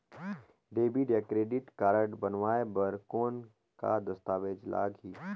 Debit या credit card बनवाय बर कौन का दस्तावेज लगही?